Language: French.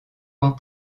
ans